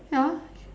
ya